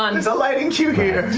um there's a lighting cue here!